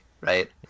right